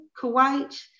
Kuwait